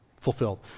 fulfilled